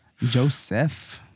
Joseph